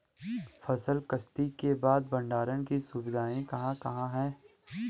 फसल कत्सी के बाद भंडारण की सुविधाएं कहाँ कहाँ हैं?